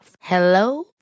Hello